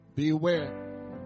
Beware